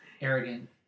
arrogant